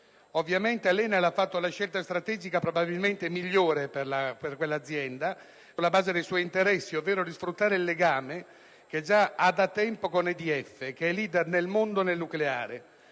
Ovviamente l'ENEL ha fatto la scelta strategica probabilmente migliore per l'azienda sulla base dei suoi interessi, ovvero quella di sfruttare il legame che ha già da tempo con EDF, che è *leader* nel mondo nel nucleare.